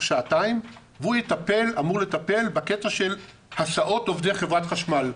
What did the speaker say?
שעתיים והוא אמור לטפל בקטע של הסעות עובדי חברת חשמל.